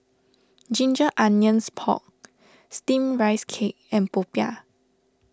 Ginger Onions Pork Steamed Rice Cake and Popiah